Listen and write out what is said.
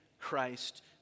Christ